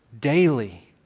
daily